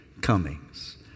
comings